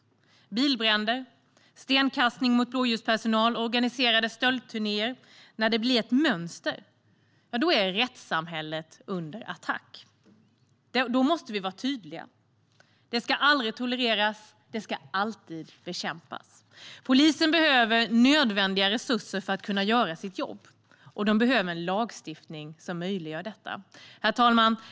När bilbränder, stenkastning mot blåljuspersonal och organiserade stöldturnéer bildar ett mönster är rättssamhället under attack. Då måste vi vara tydliga. Det ska aldrig tolereras. Det ska alltid bekämpas. Polisen behöver nödvändiga resurser för att kunna göra sitt jobb, och den behöver en lagstiftning som möjliggör detta. Herr talman!